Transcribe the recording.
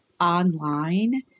online